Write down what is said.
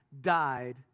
died